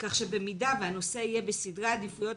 כך שבמידה שהנושא יהיה בסדרי העדיפויות